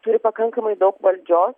turi pakankamai daug valdžios